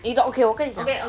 你懂 okay 我跟你讲